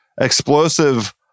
explosive